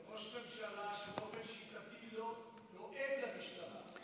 זה ראש ממשלה שבאופן שיטתי לועג למשטרה,